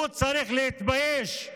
הוא צריך להתבייש.